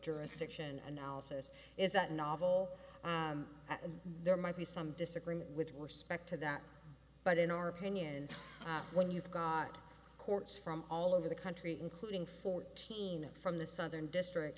jurisdiction and houses is that novel and there might be some disagreement with respect to that but in our opinion when you've got courts from all over the country including fourteen of from the southern district